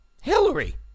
Hillary